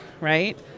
right